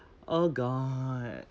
oh god